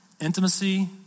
intimacy